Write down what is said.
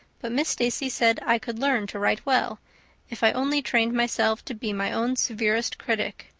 but miss stacy said i could learn to write well if i only trained myself to be my own severest critic.